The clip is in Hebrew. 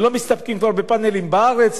ולא מסתפקים כבר בפאנלים בארץ.